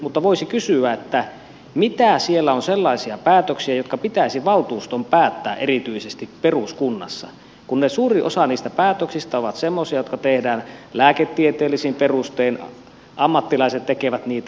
mutta voisi kysyä mitä siellä on sellaisia päätöksiä jotka pitäisi valtuuston päättää erityisesti peruskunnassa kun suurin osa niistä päätöksistä on semmoisia jotka tehdään lääketieteellisin perustein ammattilaiset tekevät niitä